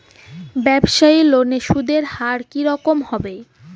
ব্যবসায়ী লোনে সুদের হার কি রকম হবে?